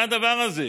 מה הדבר הזה?